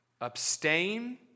Abstain